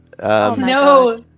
no